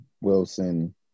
Wilson